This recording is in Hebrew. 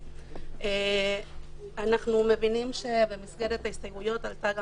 אנחנו מבינים שבמסגרת ההסתייגויות עלתה גם